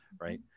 Right